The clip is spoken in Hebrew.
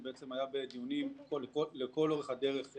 זה היה בדיונים מול משרד האוצר לכל אורך הדרך.